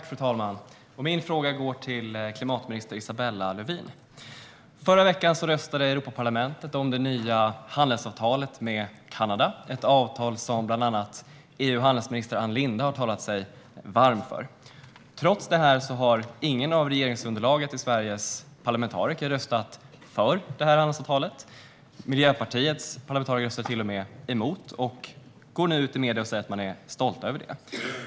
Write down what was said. Fru talman! Min fråga går till klimatminister Isabella Lövin. Förra veckan röstade Europaparlamentet om det nya handelsavtalet med Kanada. Det är ett avtal som bland annat EU och handelsminister Ann Linde har talat sig varm för. Trots detta var det ingen av Sveriges parlamentariker i regeringsunderlaget som röstade för det här handelsavtalet. Miljöpartiets parlamentariker röstade till och emot och går nu ut i medierna och säger att man är stolt över det.